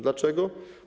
Dlaczego?